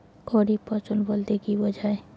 খারিফ ফসল বলতে কী বোঝায়?